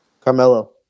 Carmelo